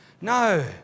No